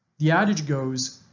the adage goes,